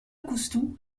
coustou